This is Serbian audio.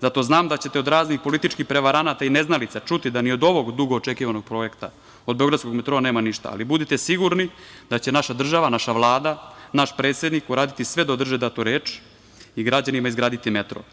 zato znam da ćete od raznih političkih prevaranata i neznalica čuti da ni od ovog dugo očekivanog projekta, od beogradskog metroa nema ništa, ali budite sigurni da će naša država, naša Vlada, naš predsednik uraditi sve da održe datu reč i građanima izgraditi metro.